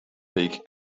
take